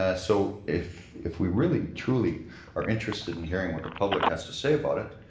ah so if if we really truly are interested in hearing what the public has to say about it,